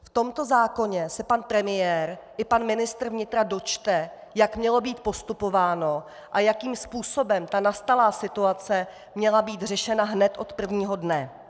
V tomto zákoně se pan premiér i pan ministr vnitra dočte, jak mělo být postupováno a jakým způsobem nastalá situace měla být řešena hned od prvního dne.